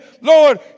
Lord